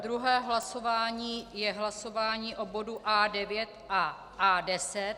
Druhé hlasování je hlasování o bodu A9 a A10.